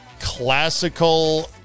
classical